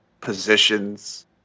positions